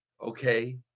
Okay